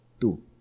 two